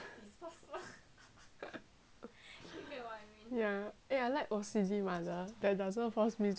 ya eh I like O_C_D mother that doesn't force me to do anything